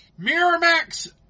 Miramax